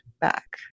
back